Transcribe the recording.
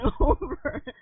over